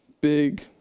big